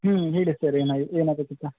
ಹ್ಞೂ ಹೇಳಿ ಸರ್ ಏನಾ ಏನಾಗಬೇಕಿತ್ತು